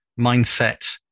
mindset